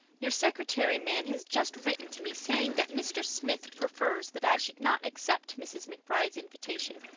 your secretary man has just written to me saying that mr. smith prefers that i should not accept mrs. mcbride's invitation,